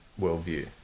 worldview